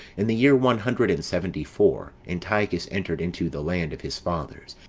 in the year one hundred and seventy-four, antiochus entered into the land of his fathers,